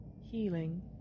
healing